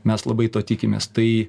mes labai to tikimės tai